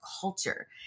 culture